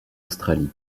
australie